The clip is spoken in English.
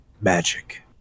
magic